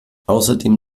außerdem